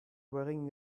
wearing